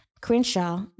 Crenshaw